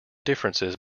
differences